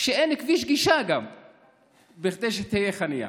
שאין גם כביש גישה כדי שתהיה חניה.